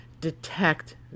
detect